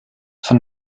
von